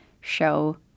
show